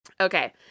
Okay